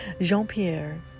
Jean-Pierre